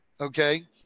okay